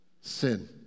sin